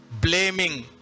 Blaming